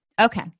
Okay